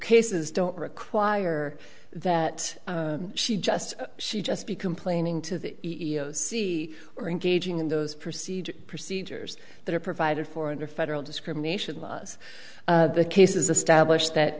cases don't require that she just she just be complaining to the e e o c or engaging in those procedures procedures that are provided for under federal discrimination laws the case is a stablished that